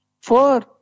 four